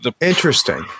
Interesting